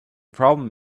problem